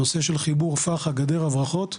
הנושא של חיבור פח"ע והברחות הגדר.